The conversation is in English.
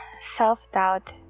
self-doubt